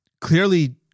clearly